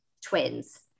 twins